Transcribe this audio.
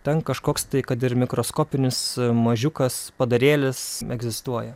ten kažkoks tai kad ir mikroskopinis mažiukas padarėlis egzistuoja